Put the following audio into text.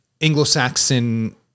Anglo-Saxon